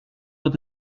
mit